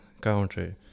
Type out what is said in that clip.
country